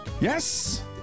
Yes